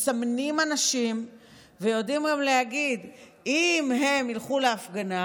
מסמנים אנשים ויודעים גם להגיד: אם הם ילכו להפגנה,